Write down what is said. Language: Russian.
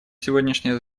сегодняшнее